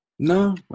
No